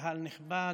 קהל נכבד,